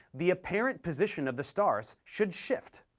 the apparent position of the stars should shift.